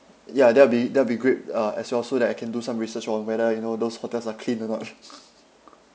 ya that'll be that'll be great uh as well so that I can do some research on whether you know those hotels are clean or not